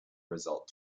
result